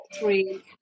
three